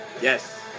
Yes